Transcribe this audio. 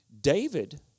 David